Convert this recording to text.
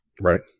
right